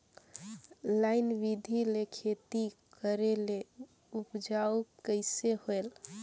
Line बिधी ले खेती करेले उपजाऊ कइसे होयल?